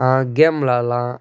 game விளாட்லாம்